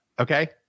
Okay